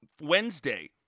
Wednesday